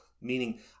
Meaning